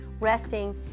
Resting